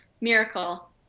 Miracle